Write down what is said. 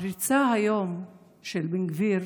הפריצה של בן גביר